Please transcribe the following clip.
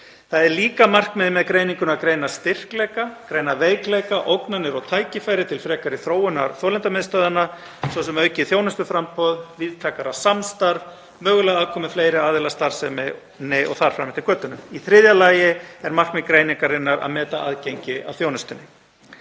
Markmiðið með greiningunni er líka að greina styrkleika, veikleika, ógnanir og tækifæri til frekari þróunar þolendamiðstöðvanna, svo sem aukið þjónustuframboð, víðtækara samstarf, mögulega aðkomu fleiri aðila að starfseminni og þar fram eftir götunum. Í þriðja lagi er markmið greiningarinnar að meta aðgengi að þjónustunni.